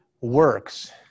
works